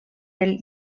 del